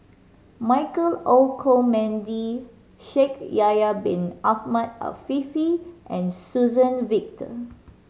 Michael Olcomendy Shaikh Yahya Bin Ahmed Afifi and Suzann Victor